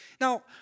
Now